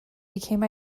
became